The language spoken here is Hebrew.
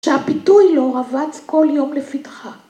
‫שהפיתוי לו רבץ כל יום לפתחה.